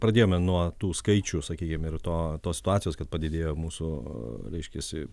pradėjome nuo tų skaičių sakykim ir to tos situacijos kad padidėjo mūsų reiškiasi